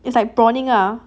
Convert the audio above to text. it's like prawning ah